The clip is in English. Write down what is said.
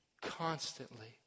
constantly